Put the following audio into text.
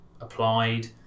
applied